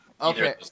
Okay